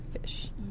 fish